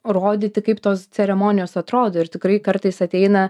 rodyti kaip tos ceremonijos atrodo ir tikrai kartais ateina